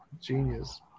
Genius